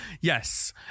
Yes